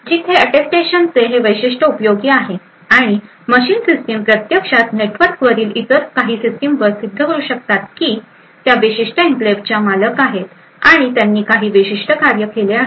जिथे अटेस्टेशनचे हे वैशिष्ट्य उपयोगी आहे आणि मशीन सिस्टीम प्रत्यक्षात नेटवर्क वरील इतर काही सिस्टीमवर सिद्ध करु शकतात की त्या विशिष्ट एन्क्लेव्हच्या मालक आहे आणि त्यांनी काही विशिष्ट कार्य केले आहे